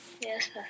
Yes